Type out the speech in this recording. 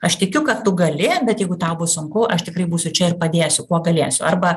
aš tikiu kad tu gali bet jeigu tau bus sunku aš tikrai būsiu čia ir padėsiu kuo galėsiu arba